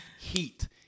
heat